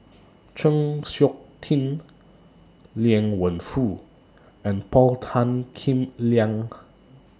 Chng Seok Tin Liang Wenfu and Paul Tan Kim Liang